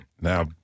Now